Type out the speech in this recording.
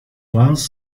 once